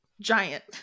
giant